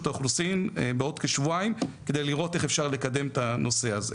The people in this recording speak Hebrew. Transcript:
האוכלוסין בעוד כשבועיים כדי לראות איך אפשר לקדם את הנושא הזה.